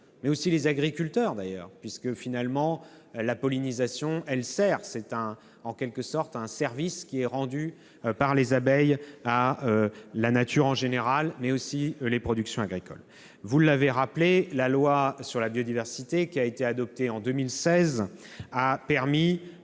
mais aussi les agriculteurs, puisque la pollinisation constitue en quelque sorte un service rendu par les abeilles à la nature en général, mais aussi aux productions agricoles. Vous avez rappelé que la loi sur la biodiversité, qui a été adoptée en 2016, a permis